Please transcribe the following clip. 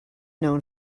known